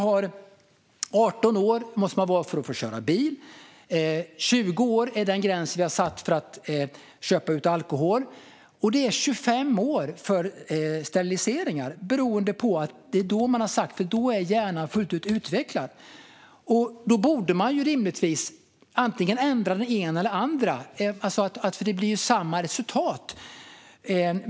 Man måste vara 18 år för att få köra bil, och 20 år är den gräns vi har satt för att köpa ut alkohol. För steriliseringar är det 25 år, beroende på att det är då hjärnan är fullt utvecklad. Då borde man rimligtvis ändra antingen det ena eller det andra, för det blir ju samma resultat.